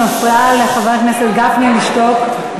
את מפריעה לחבר הכנסת גפני לשתוק,